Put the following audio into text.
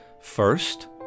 first